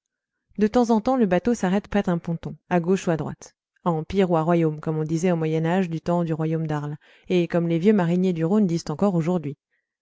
de temps en temps le bateau s'arrête près d'un ponton à gauche ou à droite à empire ou à royaume comme on disait au moyen âge du temps du royaume d'arles et comme les vieux mariniers du rhône disent encore aujourd'hui